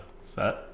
set